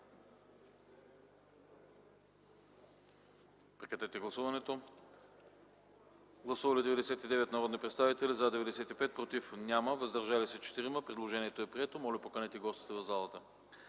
предложение. Гласували 99 народни представители: за 95, против няма, въздържали се 4. Предложението е прието. Моля, поканете гостите в залата.